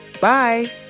Bye